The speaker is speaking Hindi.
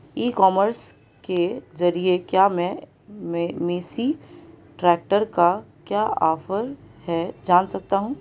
ई कॉमर्स के ज़रिए क्या मैं मेसी ट्रैक्टर का क्या ऑफर है जान सकता हूँ?